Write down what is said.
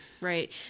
right